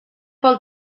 pel